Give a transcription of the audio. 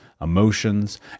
emotions